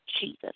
Jesus